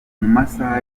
masaha